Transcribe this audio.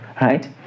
right